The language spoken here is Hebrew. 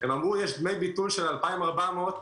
הם אמרו: יש דמי ביטול של 2,400 שקל,